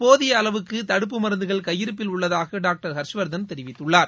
போதிய அளவுக்கு தடுப்பு மருந்துகள் கையிருப்பில் உள்ளதாக டாக்டர் ஹர்ஷ்வர்தன் தெரிவித்துள்ளார்